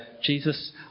Jesus